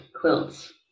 quilts